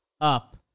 up